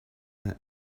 that